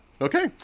Okay